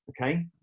okay